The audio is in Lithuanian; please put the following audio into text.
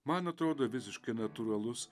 man atrodo visiškai natūralus